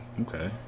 Okay